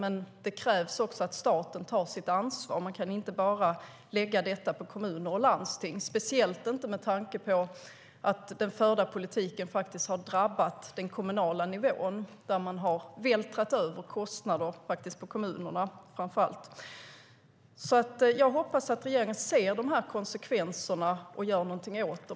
Men det krävs också att staten tar sitt ansvar. Man kan inte bara lägga detta på kommuner och landsting, speciellt inte med tanke på att den förda politiken har drabbat den kommunala nivån. Man har vältrat över kostnader på framför allt kommunerna. Jag hoppas att regeringen ser konsekvenserna och också gör någonting åt dem.